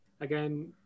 Again